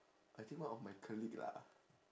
I think one of my colleague lah